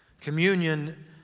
Communion